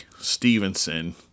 Stevenson